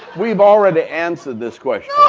we've already answered this question.